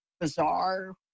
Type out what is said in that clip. bizarre